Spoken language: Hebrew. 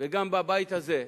וגם בבית הזה,